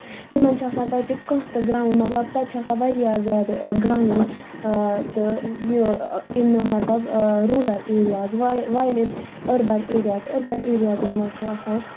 تِمَن چھُ آسان تَتہِ کانہہ تہِ گراوُنڈ مطلب تَتہِ چھُ آسان واریاہ زیادٕ گراوُنڈ تہٕ یہِ اِنو مطلب rural areas while in urban areas urban ایرِیازَن مَنٛز چھِ آسان